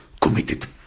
committed